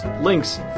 links